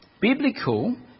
biblical